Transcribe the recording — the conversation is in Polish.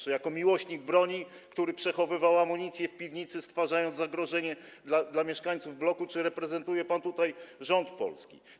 Czy jako miłośnik broni, który przechowywał amunicję w piwnicy, stwarzając zagrożenie dla mieszkańców bloku, czy reprezentuje pan tutaj rząd polski?